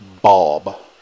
Bob